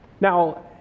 Now